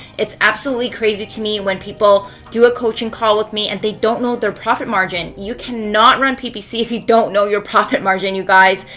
it's absolutely crazy to me when people do a coaching call with me and they don't know their profit margin. you cannot run ppc if you don't know your profit margin you guys.